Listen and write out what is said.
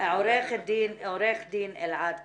עורך דין אלעד קפלן,